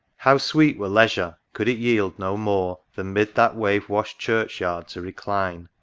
how sweet were leisure! could it yield no more than mid that wave-washed church-yard to recline,